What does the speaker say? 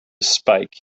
spike